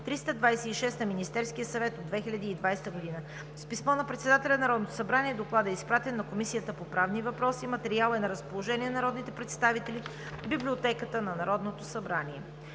326 на Министерския съвет от 2020 г. С писмо на председателя на Народното събрание Докладът е изпратен на Комисията по правни въпроси. Материалът е на разположение на народните представители в Библиотеката на Народното събрание.